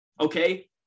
Okay